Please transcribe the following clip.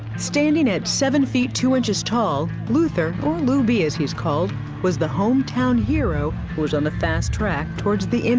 standing at seven feet two inches tall, luther or lou bee as he's called was the hometown hero who was on the fast track towards the um